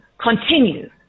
continue